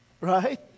right